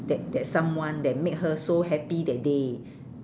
that that someone that make her so happy that day